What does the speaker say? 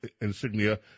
insignia